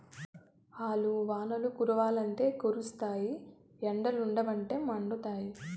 ఆల్లు వానలు కురవ్వంటే కురుస్తాయి ఎండలుండవంటే మండుతాయి